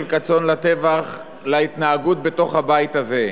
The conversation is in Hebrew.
"כצאן לטבח" להתנהגות בתוך הבית הזה.